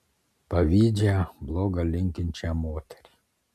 pavydžią bloga linkinčią moterį